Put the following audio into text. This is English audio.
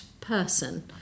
person